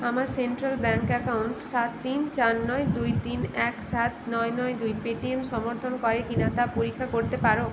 আমার central bank account সাত তিন চার নয় দুই তিন এক সাত নয় নয় দুই পে টি এম সমর্থন করে কি না তা পরীক্ষা করতে পারো